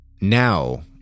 Now